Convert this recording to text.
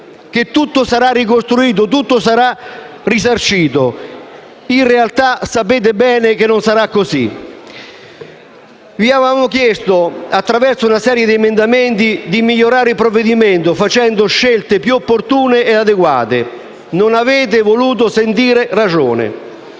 che tutto sarà ricostruito e tutto sarà risarcito. In realtà, sapete bene che non sarà così. Vi avevamo chiesto, attraverso una serie di emendamenti, di migliorare il provvedimento facendo scelte più opportune e adeguate. Non avete voluto sentire ragioni.